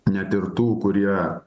net ir tų kurie